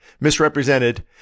misrepresented